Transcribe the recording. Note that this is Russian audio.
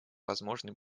возможный